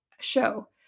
show